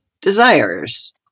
desires